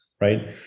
right